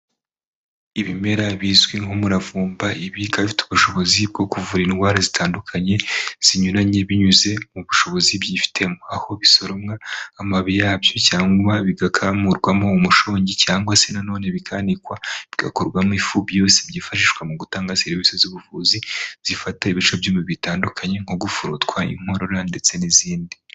Ibimera bizwi nk'umuravumba, ibi bikaba bifite ubushobozi bwo kuvura indwara zitandukanye zinyuranye binyuze mu bushobozi byifitemo, aho bisoromwa amababi yabyo cyangwa bigakamurwamo umushongi cyangwa se na none bikanikwa bigakorwamo ifu, byose byifashishwa mu gutanga serivisi z'ubuvuzi zifata ibice by'umubiri bitandukanye, nko gufurutwa, inkorora ndetse n'izindi .